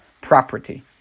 property